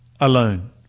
alone